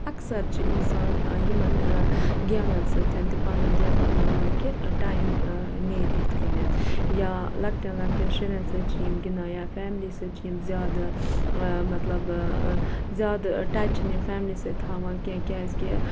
اکثر چھُ اِنسان یِمَن گیمَن سۭتۍ تہِ پَنُن دِل لَگاوان کہِ ٹایِم نیرِ یِتھہٕ کٔنٮ۪تھ یا لَکٹٮ۪ن لکٹٮ۪ن شُرٮ۪ن سۭتۍ چھِ یِم گِندان یا فیملی سۭتۍ چھِ یِم زیادٕ مطلب زیادٕ ٹَچ چھِنہٕ یِم فیملی سۭتۍ تھاوان کیٚنہہ کیازِ کہِ